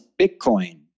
Bitcoin